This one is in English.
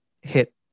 hit